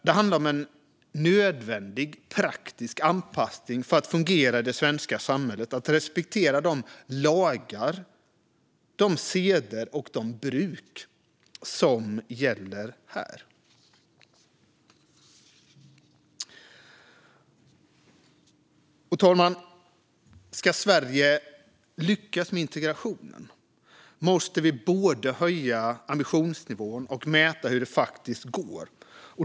Det handlar om en nödvändig praktisk anpassning för att fungera i det svenska samhället, att respektera de lagar, seder och bruk som gäller här. Fru talman! Ska Sverige lyckas med integrationen måste vi både höja ambitionsnivån och mäta hur det faktiskt går.